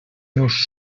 meus